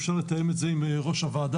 אפשר לתאם את זה עם ראש הוועדה.